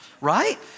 right